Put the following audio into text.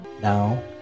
Now